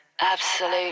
Absolute